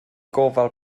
gofal